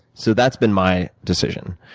so that's been my decision.